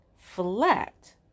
flat